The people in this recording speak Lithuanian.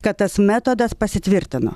kad tas metodas pasitvirtino